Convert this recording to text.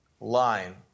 line